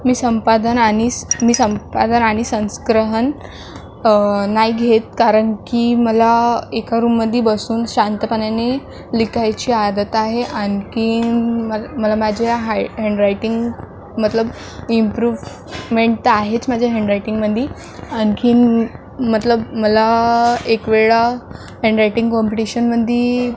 मी संपादन आनि मी संपादन आणि संस्क्रहन नाही घेत कारणकी मला एका रूममध्ये बसून शांतपणाने लिखायची आदत आहे आणखीन मलं मला माझ्या हाय हँडरायटिंग मतलब इम्प्रुव्हमेंट तरआहेच माझ्या हँडरायटिंगमध्ये आणखीन मतलब मला एकवेळा हँडरायटिंग कॉम्पिटिशनमध्ये